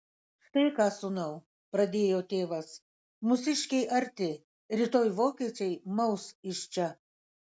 štai ką sūnau pradėjo tėvas mūsiškiai arti rytoj vokiečiai maus iš čia